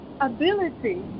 ability